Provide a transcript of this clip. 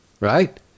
Right